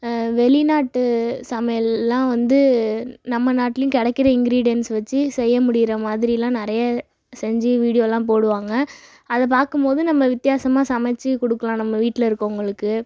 வெளிநாட்டு சமையல்லாம் வந்து நம்ம நாட்லேயும் கிடைக்குற இங்கிரடயன்ட்ஸ் வச்சு செய்ய முடியுற மாதிரிலாம் நிறைய செஞ்சு வீடியோலாம் போடுவாங்கள் அதை பார்க்கும்போது நம்ம வித்தியாசமா சமைச்சிக் கொடுக்கலாம் நம்ம வீட்டில் இருக்கிறவங்களுக்கு